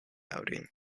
outing